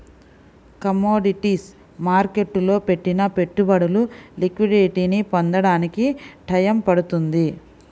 commodities మార్కెట్టులో పెట్టిన పెట్టుబడులు లిక్విడిటీని పొందడానికి టైయ్యం పడుతుంది